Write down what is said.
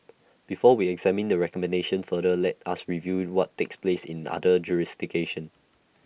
before we examine the recommendation further let us review what takes place in other jurisdictions